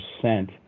percent